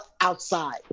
outside